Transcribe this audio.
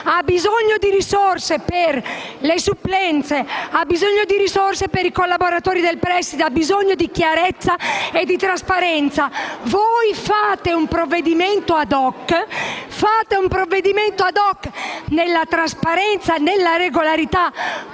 Ha bisogno di risorse per le supplenze, per i collaboratori del preside, ha bisogno di chiarezza e di trasparenza. Fate un provvedimento *ad hoc*, fatelo nella trasparenza e nella regolarità,